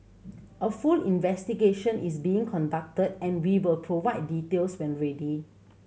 a full investigation is being conducted and we will provide details when ready